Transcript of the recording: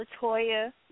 Latoya